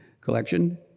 collection